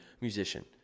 musician